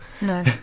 No